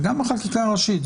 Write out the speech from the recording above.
וגם החקיקה הראשית.